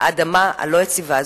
האדמה הלא-יציבה הזאת.